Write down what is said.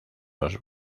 los